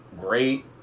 Great